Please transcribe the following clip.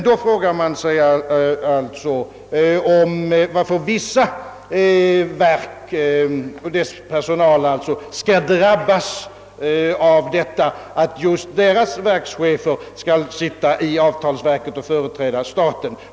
Då frågar man sig varför personalen vid vissa verk skall drabbas av att just deras verkschefer skall sitta i avtalsverkets styrelse och företräda staten.